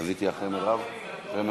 אתה לא מכיר את העובדות.